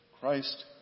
Christ